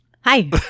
Hi